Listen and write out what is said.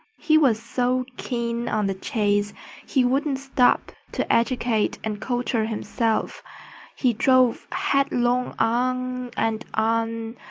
he was so keen on the chase he wouldn't stop to educate and culture himself he drove headlong on, and on,